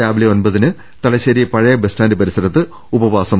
രാവിലെ ഒമ്പതിന് തലശ്ശേരി പഴയ ബസ്സ്റ്റാന്റ് പരിസരത്താണ് ഉപവാസം